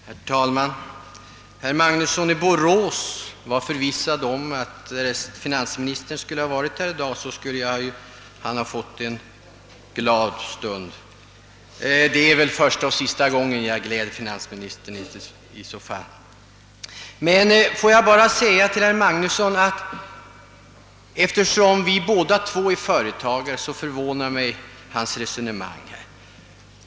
Herr talman! Herr Magnusson i Borås var förvissad om att finansministern, om han hade varit här i dag, skulle ha fått en glad stund. Det var väl första och sista gången jag skulle ha glatt finansministern i så fall. Eftersom vi båda två är företagare förvånar mig herr Magnussons resonemang.